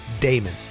Damon